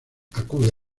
acude